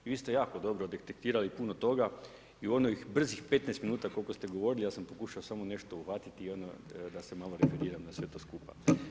I vi ste jako dobro detektirali puno toga i u onih brzih 15 minuta koliko ste govorili, ja sam pokušao samo nešto uhvatiti i da se malo referiram na sve to skupa.